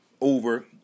over